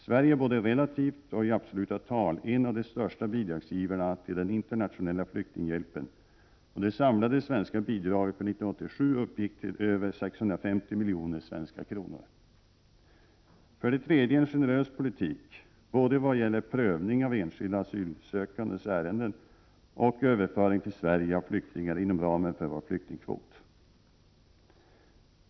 Sverige är både relativt och i absoluta tal en av de största bidragsgivarna till den internationella flyktinghjälpen, och det samlade svenska bidraget för 1987 uppgick till över 650 miljoner svenska kronor. För det tredje är det en generös politik, både vad gäller prövning av enskilda asylsökandes ärenden och beträffande överföring till Sverige av flyktingarna inom ramen för vår flyktingkvot.